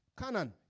Canon